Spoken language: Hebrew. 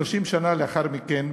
30 שנה לאחר מכן,